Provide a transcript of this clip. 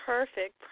Perfect